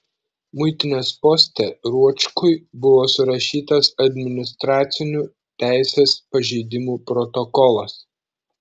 muitinės poste ruočkui buvo surašytas administracinių teisės pažeidimų protokolas